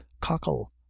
cockle